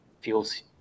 feels